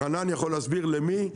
רענן יכול להסביר למי,